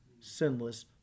sinless